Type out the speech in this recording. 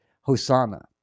Hosanna